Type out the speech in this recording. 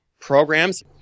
programs